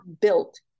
built